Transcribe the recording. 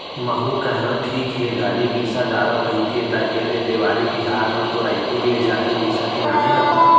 महूँ कहेव ठीक हे गाड़ी बिसा डारव कहिके त ऐदे देवारी तिहर म तो रइपुर ले जाके बिसा के लाने हन